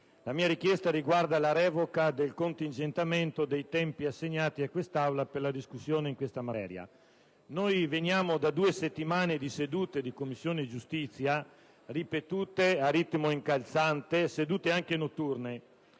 La mia richiesta riguarda la revoca del contingentamento dei tempi assegnati all'Assemblea per la discussione di questa materia. Veniamo da due settimane di sedute di Commissione giustizia, ripetute a ritmo incalzante: sedute anche notturne.